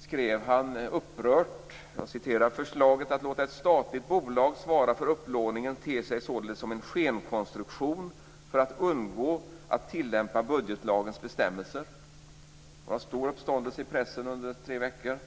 skrev han upprört: "Förslaget att låta ett statligt bolag svara för upplåningen ter sig således som en skenkonstruktion för att undgå att tillämpa budgetlagens bestämmelser." Det var stor uppståndelse i pressen under tre veckor.